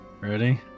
Ready